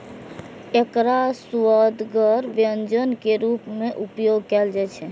एकरा सुअदगर व्यंजन के रूप मे उपयोग कैल जाइ छै